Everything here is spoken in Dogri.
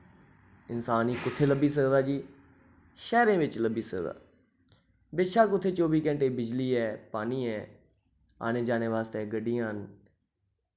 इंसान गी कुत्थै लब्भी सकदा जी शैह्रें बिच लब्भी सकदा बेशक उत्थै चौह्बी घैंटे बिजली ऐ पानी ऐ आने जाने आस्तै गड्डियां न